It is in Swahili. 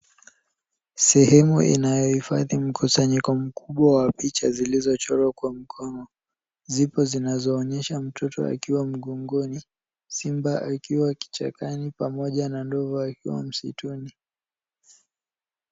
Sehemu inayohifadhi mkusanyiko mkubwa wa picha zilizochorwa kwa mkono. Zipo zinazoonyesha mtoto akiwa mgongoni ,simba akiwa kichakani pamoja na ndovu akiwa msituni.